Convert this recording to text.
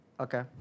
Okay